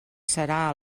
serà